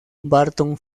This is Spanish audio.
barton